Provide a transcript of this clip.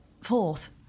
fourth